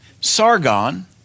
Sargon